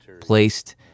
placed